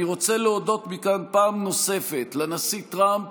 אני רוצה להודות מכאן פעם נוספת לנשיא טראמפ